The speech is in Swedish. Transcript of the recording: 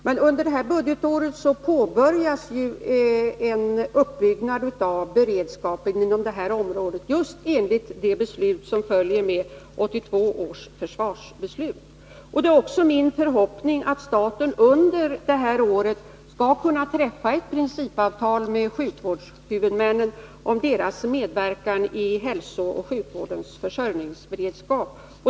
Men under detta budgetår påbörjas en uppbyggnad av beredskapen inom det här området, just enligt det beslut som är en följd av 1982 års försvarsbeslut. Det är också min förhoppning att staten under det här året skall kunna träffa ett principavtal med sjukvårdshuvudmännen om deras medverkan i hälsooch sjukvårdens försörjningsberedskap.